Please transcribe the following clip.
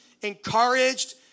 encouraged